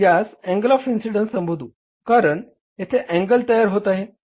आता आपण यास अँगल म्हणून संबोधू कारण येथे एक अँगल तयार होत आहे